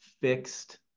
fixed